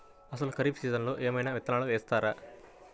అసలు ఖరీఫ్ సీజన్లో ఏమయినా విత్తనాలు ఇస్తారా?